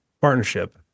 partnership